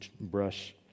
brush